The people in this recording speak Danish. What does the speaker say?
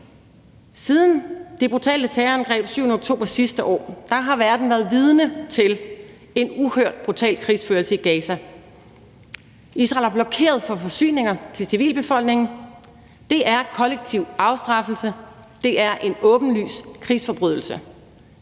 Siden det brutale terrorangreb den 7. oktober sidste år har verden været vidne til en uhørt brutal krigsførelse i Gaza. Israel har blokeret for forsyninger til civilbefolkningen. Det er kollektiv afstraffelse. Det er en åbenlys krigsforbrydelse.